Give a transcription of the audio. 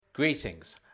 Greetings